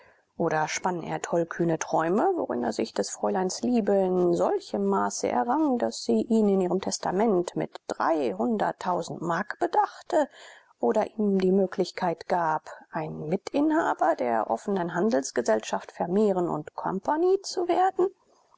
oder spann er tollkühne träume worin er sich des fräuleins liebe in solchem maße errang daß sie ihn in ihrem testament mit mark bedachte oder ihm die möglichkeit gab ein mitinhaber der offenen handelsgesellschaft vermehren comp zu werden